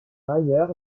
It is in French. ailleurs